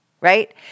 right